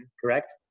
correct